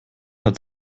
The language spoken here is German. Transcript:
hat